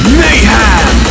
mayhem